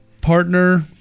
partner